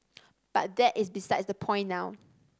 but that is besides the point now